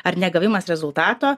ar ne gavimas rezultato